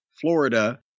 Florida